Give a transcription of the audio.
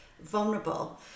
vulnerable